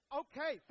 okay